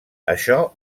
això